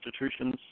institutions